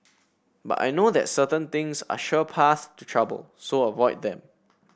but I know that certain things are sure paths to trouble so avoid them